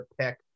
pick